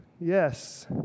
Yes